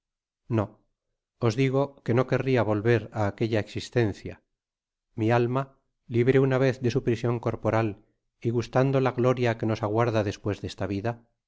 no os digo que no querria volver á aquella existencia mi alma ubre una vez de su prision corporal y gustando la gloria que nos aguarda despues de esta vida